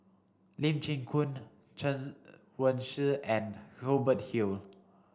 Lee Chin Koon Chen Wen Hsi and Hubert Hill